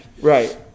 Right